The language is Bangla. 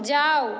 যাও